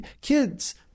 kids